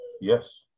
Yes